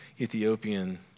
Ethiopian